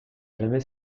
jamais